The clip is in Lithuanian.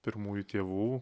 pirmųjų tėvų